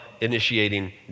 initiating